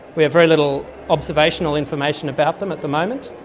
we have very little observational information about them at the moment,